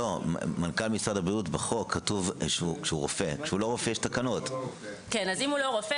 אם הוא לא רופא,